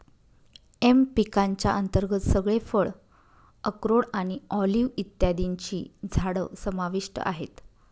M पिकांच्या अंतर्गत सगळे फळ, अक्रोड आणि ऑलिव्ह इत्यादींची झाडं समाविष्ट आहेत